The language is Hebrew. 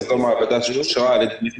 וזו מעבדה שאושרה על ידי משרד הבריאות.